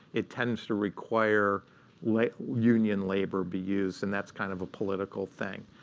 it tends to require like union labor be used. and that's kind of a political thing.